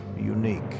unique